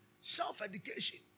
Self-education